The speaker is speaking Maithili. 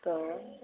तऽ